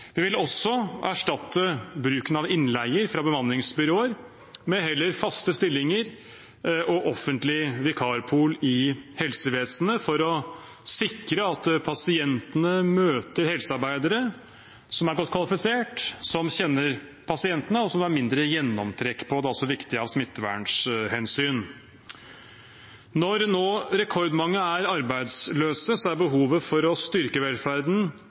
Vi vil også erstatte bruken av innleie fra bemanningsbyråer med faste stillinger og offentlig vikarpool i helsevesenet for å sikre at pasientene møter helsearbeidere som er godt kvalifisert, som kjenner pasientene, og som det er mindre gjennomtrekk på. Det er også viktig av smittevernhensyn. Når rekordmange nå er arbeidsløse, er behovet for å styrke velferden